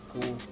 cool